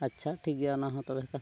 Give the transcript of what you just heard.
ᱟᱪᱪᱷᱟ ᱴᱷᱤᱠ ᱜᱮᱭᱟ ᱚᱱᱟ ᱦᱚᱸ ᱛᱚᱵᱮ ᱠᱷᱟᱱ